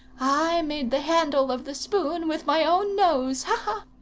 i made the handle of the spoon with my own nose, ha! ha!